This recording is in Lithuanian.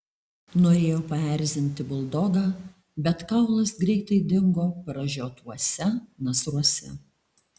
norėjo paerzinti buldogą bet kaulas greitai dingo pražiotuose nasruose